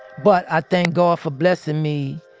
but i thank god for blessing me